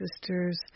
sisters